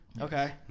Okay